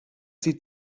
sie